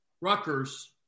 Rutgers